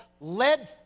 led